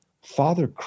Father